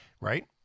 right